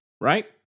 Right